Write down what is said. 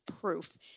proof